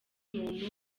muntu